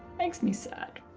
makes me sad.